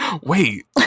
Wait